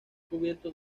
cubierta